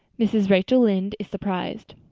mrs. rachel lynde is surprised